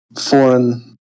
Foreign